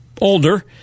older